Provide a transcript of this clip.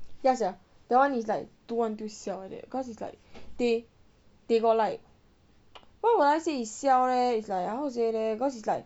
ya sia that one is like do until siao like that cause it's like they they got like why would I say is siao leh it's like how to say leh cause it's like